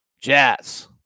Jazz